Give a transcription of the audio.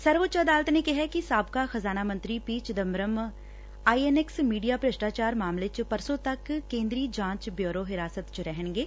ਸਰਵਉੱਚ ਅਦਾਲਤ ਨੇ ਕਿਹੈ ਕਿ ਸਾਬਕਾ ਖਜ਼ਾਨਾ ਮੰਤਰੀ P Chidambaram I N X media ਭ੍ਰਿਸ਼ਟਾਚਾਰ ਮਾਮਲੇ ਚ ਪਰਸੋਂ ਤੱਕ ਕੇਂਦਰੀ ਜਾਂਚ ਬਿਉਰੋ ਸੀ ਬੀ ਆਈ ਹਿਰਾਸਤ ਚ ਰਹਿਣਗੇ